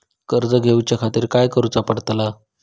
कर्ज घेऊच्या खातीर काय करुचा पडतला?